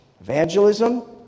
evangelism